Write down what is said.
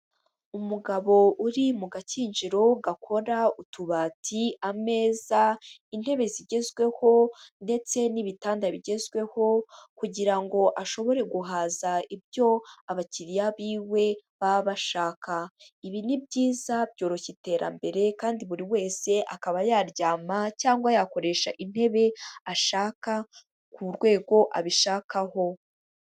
Umugabo uri mu gakinjiro gakora utubati, ameza, intebe zigezweho ndetse n'ibitanda bigezweho, kugira ngo ashobore guhaza ibyo abakiriya biwe baba bashaka, ibi ni byiza byoroshya iterambere, kandi buri wese akaba yaryama cyangwa yakoresha intebe ashaka ku rwego abishakaho.